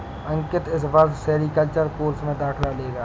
अंकित इस वर्ष sericulture course में दाखिला लेगा